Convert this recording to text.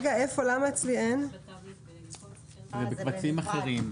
אלה קבצים אחרים.